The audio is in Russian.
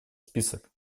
список